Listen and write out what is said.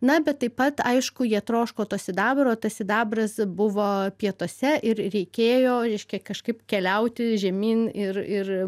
na bet taip pat aišku jie troško to sidabro tas sidabras buvo pietuose ir reikėjo reiškia kažkaip keliauti žemyn ir ir